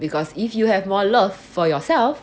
because if you have love for yourself